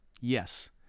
Yes